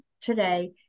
today